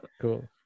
cool